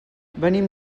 venim